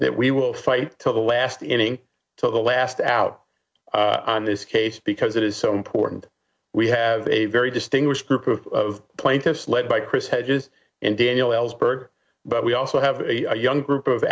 that we will fight to the last inning to the last out on this case because it is so important we have a very distinguished group of plaintiffs led by chris hedges and daniel ellsberg but we also have a young group of